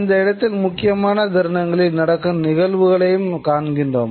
அந்த இடத்தில் முக்கியமான தருணங்களில் நடக்கும் நிகழ்வுகளையும் காண்கிறோம்